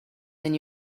than